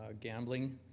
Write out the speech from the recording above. gambling